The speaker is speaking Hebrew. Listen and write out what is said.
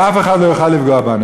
ואף אחד לא יוכל לפגוע בנו.